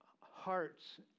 hearts